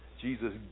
Jesus